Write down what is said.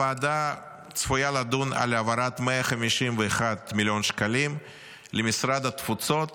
הוועדה צפויה לדון בהעברת 151 מיליון שקלים למשרד התפוצות